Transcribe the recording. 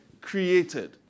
Created